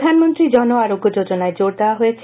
প্রধানমন্ত্রী জন আরোগ্য যোজনায় জোর দেওয়া হয়েছে